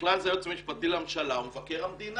ובכלל זה היועץ המשפטי לממשלה ומבקר המדינה'.